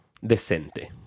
decente